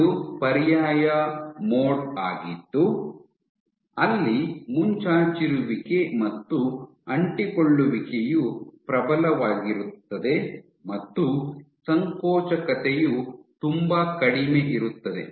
ಇದು ಪರ್ಯಾಯ ಮೋಡ್ ಆಗಿದ್ದು ಅಲ್ಲಿ ಮುಂಚಾಚಿರುವಿಕೆ ಮತ್ತು ಅಂಟಿಕೊಳ್ಳುವಿಕೆಯು ಪ್ರಬಲವಾಗಿರುತ್ತದೆ ಮತ್ತು ಸಂಕೋಚಕತೆಯು ತುಂಬಾ ಕಡಿಮೆ ಇರುತ್ತದೆ